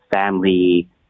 family